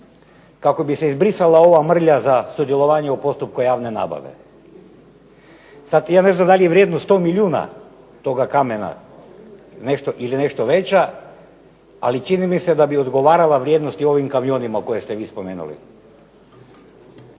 kako bi se izbrisala ova mrlja za sudjelovanje u postupku javne nabave. Sada ja ne znam da li je vrijednost 100 milijuna toga kamena ili nešto veća, ali čini mi se da bi odgovarala vrijednost i ovim kamionima koje ste vi spomenuli.